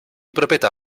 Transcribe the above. proprietà